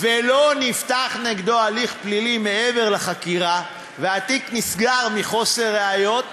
ולא נפתח נגדו הליך פלילי מעבר לחקירה והתיק נסגר מחוסר ראיות